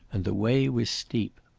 and the way was steep.